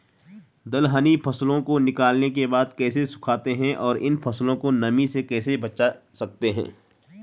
दलहनी फसलों को निकालने के बाद कैसे सुखाते हैं और इन फसलों को नमी से कैसे बचा सकते हैं?